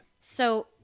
So-